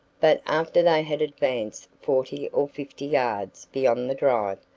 but after they had advanced forty or fifty yards beyond the drive,